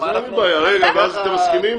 ואז אתם מסכימים.